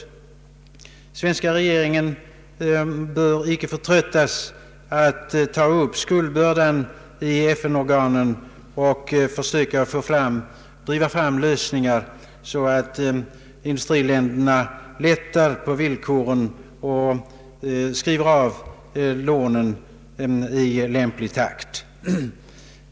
Den svenska regeringen bör icke förtröttas att ta upp skuldbördan till behandling i FN-organen och försöka driva fram lösningar så att industriländerna lättar på villkoren och skriver av lånen i lämplig takt.